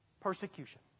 persecution